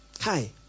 Hi